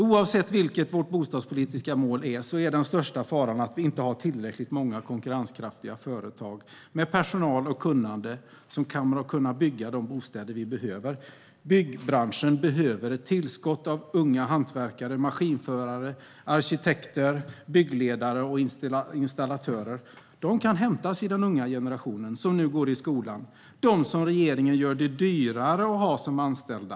Oavsett vilket bostadspolitiskt mål vi har är den största faran att vi inte har tillräckligt många konkurrenskraftiga företag med personal och kunnande som kommer att kunna bygga de bostäder vi behöver. Byggbranschen behöver ett tillskott av unga hantverkare, maskinförare, arkitekter, byggledare och installatörer. De kan hämtas i den unga generationen som nu går i skolan, alltså bland dem som regeringen gör det dyrare att ha som anställda.